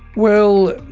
well,